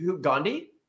Gandhi